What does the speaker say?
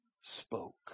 spoke